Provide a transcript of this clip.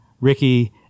Ricky